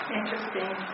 interesting